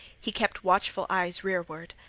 he kept watchful eyes rearward.